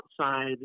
outside